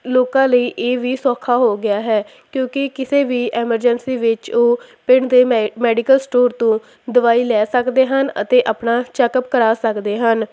ਲੋਕਾਂ ਲਈ ਇਹ ਵੀ ਸੌਖਾ ਹੋ ਗਿਆ ਹੈ ਕਿਉਂਕਿ ਕਿਸੇ ਵੀ ਐਮਰਜੰਸੀ ਵਿੱਚ ਉਹ ਪਿੰਡ ਦੇ ਮਹਿਕ ਮੈਡੀਕਲ ਸਟੋਰ ਤੋਂ ਦਵਾਈ ਲੈ ਸਕਦੇ ਹਨ ਅਤੇ ਆਪਣਾ ਚੈੱਕਅਪ ਕਰਵਾ ਸਕਦੇ ਹਨ